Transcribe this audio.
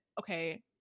okay